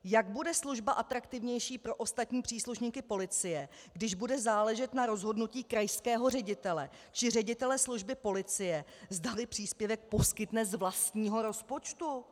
Jak bude služba atraktivnější pro ostatní příslušníky policie, když bude záležet na rozhodnutí krajského ředitele či ředitele služby policie, zdali příspěvek poskytne z vlastního rozpočtu?